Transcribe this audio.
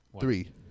Three